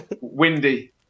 windy